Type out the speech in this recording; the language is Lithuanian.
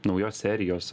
naujos serijos